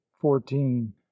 fourteen